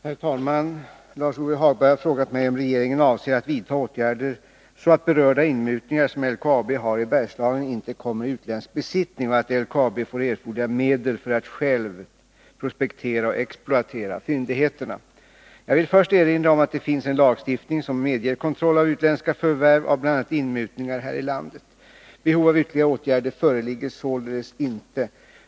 Herr talman! Lars-Ove Hagberg har frågat mig om regeringen avser att vidta åtgärder så att berörda inmutningar som LKAB har i Bergslagen inte kommer i utländsk besittning och att LKAB får erforderliga medel för att självt prospektera och exploatera fyndigheterna. Jag vill först erinra om att det finns en lagstiftning som medger kontroll av utländska förvärv av bl.a. inmutningar här i landet. Behov av ytterligare åtgärder föreligger således inte.